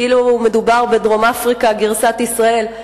כאילו מדובר בדרום-אפריקה גרסת ישראל,